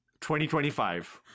2025